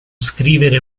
scrivere